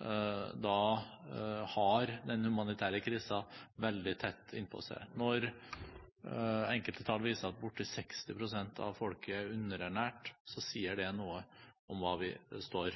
har den humanitære krisen veldig tett inn på seg. Når enkelte tall viser at bortimot 60 pst. av folket er underernært, sier det noe om hva vi står